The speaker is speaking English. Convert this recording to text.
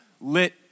lit